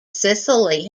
sicily